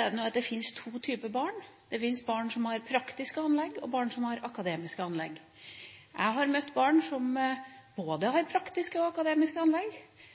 er at det fins to typer barn: barn som har praktiske anlegg og barn som har akademiske anlegg. Jeg har møtt barn som har både